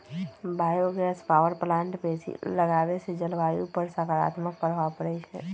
bio gas power plant बेशी लगाबेसे जलवायु पर सकारात्मक प्रभाव पड़इ छै